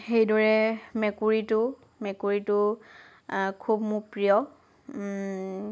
সেইদৰে মেকুৰীটো মেকুৰীটো খুব মোৰ প্ৰিয়